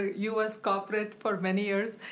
us corporate for many years,